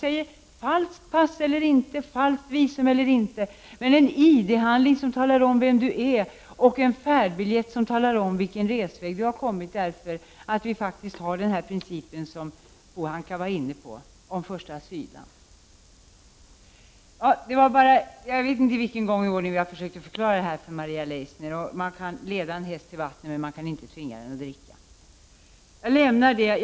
Vi begär pass, falskt eller inte, visum, falskt eller inte, en ID-handling som talar om vem du är och en färdbiljett som talar om vilken resväg du har haft. Vi tillämpar ju faktiskt förstaasyllandsprincipen, som Ragnhild Pohanka talade om. Jag vet inte för vilken gång i ordningen som jag har försökt förklara detta för Maria Leissner. Man kan leda en häst till vatten, men inte tvinga den att dricka. Jag lämnar detta ämne.